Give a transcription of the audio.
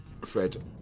Fred